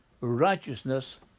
righteousness